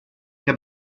che